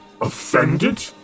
offended